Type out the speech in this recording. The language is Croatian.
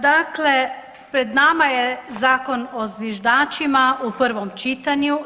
Dakle, pred nama je Zakon o zviždačima u prvom čitanju.